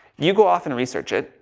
you go off and research it.